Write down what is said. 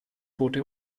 tote